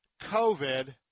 COVID